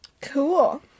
Cool